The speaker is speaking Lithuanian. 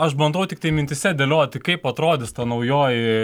aš bandau tiktai mintyse dėlioti kaip atrodys ta naujoji